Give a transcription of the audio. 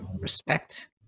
Respect